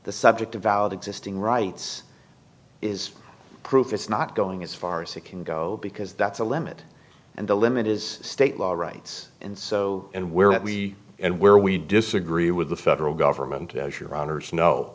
the subject of valid existing rights is proof it's not going as far as it can go because that's a limit and the limit is state law rights and so and where that we and where we disagree with the federal government as your honor snow